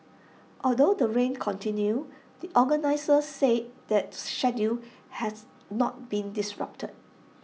although the rain continued the organisers said the schedule has not been disrupted